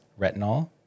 Retinol